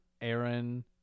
Aaron